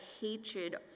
hatred